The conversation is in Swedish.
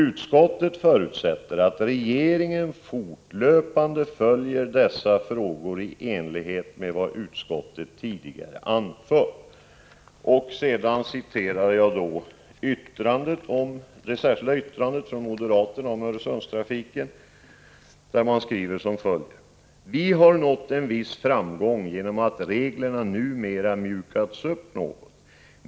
Utskottet förutsätter att regeringen fortlöpande följer dessa — 13 november 1985 frågor i enlighet med vad utskottet tidigare anfört.” FREE EA TORESSON I moderaternas särskilda yttrande heter det bl.a.: ”Vi har nått en viss framgång genom att reglerna numera mjukats upp något.